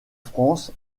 france